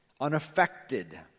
unaffected